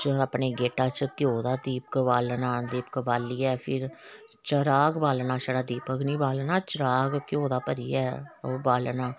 फिर अस अपने गेटा च घ्यो दा दीप बालना ते इक बाल्ली ऐ फिर चराग बालना छड़ा दीपक नी बालना चिराग बालना घ्यो दा भरिऐ ओह् बालना